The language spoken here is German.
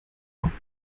auch